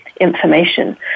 Information